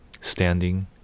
standing